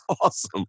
awesome